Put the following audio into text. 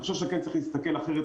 אני חושב שצריך להסתכל אחרת,